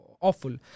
awful